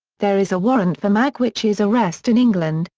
there is a warrant for magwitch's arrest in england,